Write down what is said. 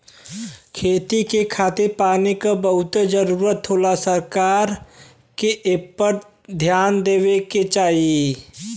खेती के खातिर पानी के बहुते जरूरत होला सरकार के एपर ध्यान देवे के चाही